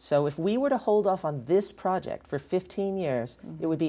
so if we were to hold off on this project for fifteen years it would be